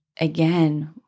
again